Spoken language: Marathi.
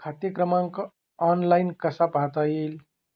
खाते क्रमांक ऑनलाइन कसा पाहता येईल?